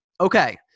Okay